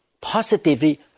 positively